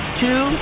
two